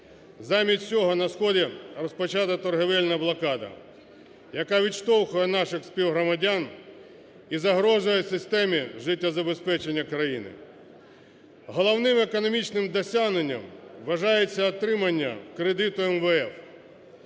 Замість цього на сході розпочата торгівельна блокада, яка відштовхує наших співгромадян і загрожує системі життєзабезпечення країни. Головним економічним досягненням вважається отримання кредиту МВФ.